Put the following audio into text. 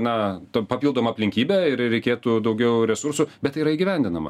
na ta papildoma aplinkybė ir reikėtų daugiau resursų bet tai yra įgyvendinama